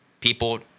people